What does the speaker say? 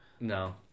No